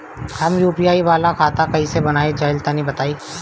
हम यू.पी.आई वाला खाता कइसे बनवाई तनि बताई?